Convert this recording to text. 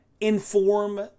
inform